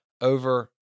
over